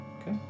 Okay